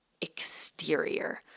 exterior